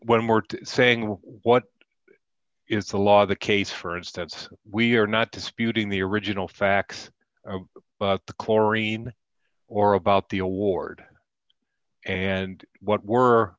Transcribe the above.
we're saying what is the law the case for instance we are not disputing the original facts but the chlorine or about the award and what we're